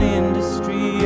industry